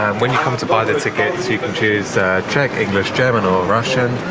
um when you come to buy the tickets you can choose czech, english german or russian.